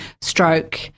Stroke